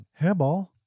Hairball